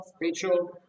Rachel